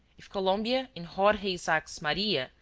if columbia, in jorge isaacs' maria,